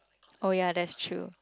oh ya that's true